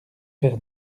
pair